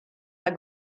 are